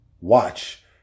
watch